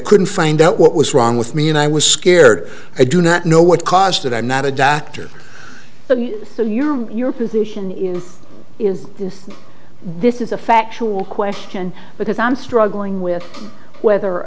couldn't find out what was wrong with me and i was scared i do not know what caused it i'm not a doctor but you know your your position in is this this is a factual question because i'm struggling with whether